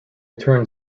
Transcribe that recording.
turned